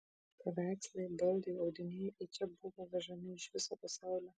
paveikslai baldai audiniai į čia buvo vežami iš viso pasaulio